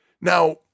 Now